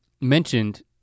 mentioned